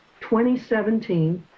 2017